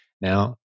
now